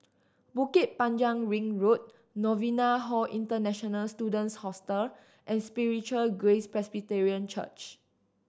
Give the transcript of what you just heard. Bukit Panjang Ring Road Novena Hall International Students Hostel and Spiritual Grace Presbyterian Church